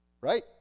Right